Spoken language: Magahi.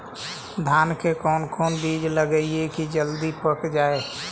धान के कोन बिज लगईयै कि जल्दी पक जाए?